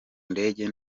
ndege